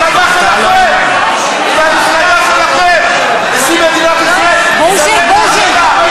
(הישיבה נפסקה בשעה 17:30 ונתחדשה בשעה 17:36.) נא